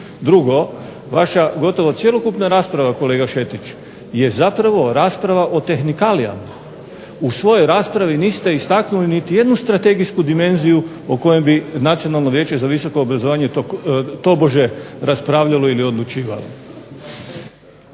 Drugo, vaša gotovo cjelokupna rasprava kolega Šetić je zapravo rasprava o tehnikalijama. U svojoj raspravi niste istaknuli niti jednu strategijsku dimenziju o kojoj bi Nacionalno vijeće za visoko obrazovanje tobože raspravljalo ili odlučivalo.